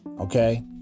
Okay